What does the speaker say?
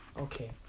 Okay